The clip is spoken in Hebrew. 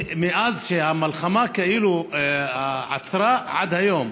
מאז שהמלחמה כאילו עצרה עד היום?